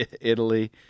Italy